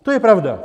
To je pravda.